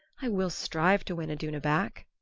i will strive to win iduna back.